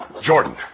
Jordan